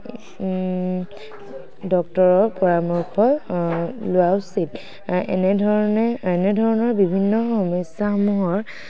ডক্তৰৰ পৰামৰ্শ লোৱা উচিত এনেধৰণৰ বিভিন্ন সমস্যাসমূহৰ